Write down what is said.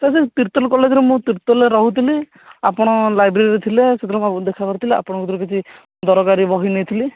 sir ସେ ତିର୍ତ୍ତୋଲ କଲେଜରେ ମୁଁ ତିର୍ତ୍ତୋଲରେ ରହୁଥିଲି ଆପଣ ଲାଇବ୍ରେରୀରେ ଥିଲେ ସେ ଦିନ କ'ଣ ଦେଖା କରିଥିଲି ଆପଣ କତିରୁ କିଛି ଦରକାରୀ ବହି ନେଇଥଲି